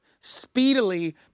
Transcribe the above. speedily